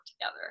together